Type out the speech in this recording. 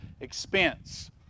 expense